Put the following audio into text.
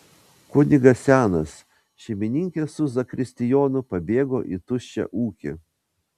kunigas senas šeimininkė su zakristijonu pabėgo į tuščią ūkį